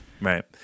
Right